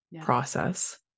process